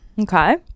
Okay